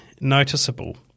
noticeable